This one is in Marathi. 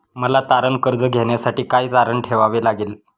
मला तारण कर्ज घेण्यासाठी काय तारण ठेवावे लागेल?